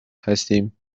هستیم